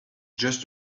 just